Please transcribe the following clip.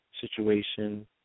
situation